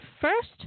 first